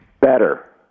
Better